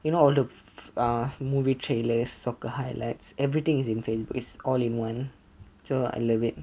you know all the ah movie trailers soccer highlights everything is in facebook it's all in one so I love it